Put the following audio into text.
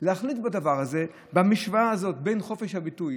להחליט בדבר הזה: במשוואה הזאת בין חופש הביטוי